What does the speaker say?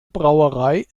brauerei